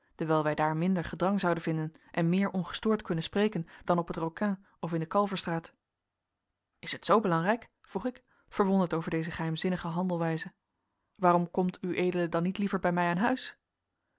dewijl wij daar minder gedrang zouden vinden en meer ongestoord kunnen spreken dan op het rokin of in de kalverstraat is het zoo belangrijk vroeg ik verwonderd over deze geheimzinnige handelwijze waarom komt ued dan niet liever bij mij aan huis